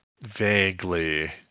vaguely